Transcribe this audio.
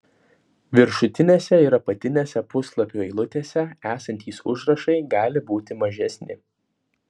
viršutinėse ir apatinėse puslapių eilutėse esantys užrašai gali būti mažesni